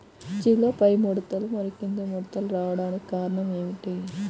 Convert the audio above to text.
మిర్చిలో పైముడతలు మరియు క్రింది ముడతలు రావడానికి కారణం ఏమిటి?